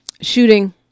shooting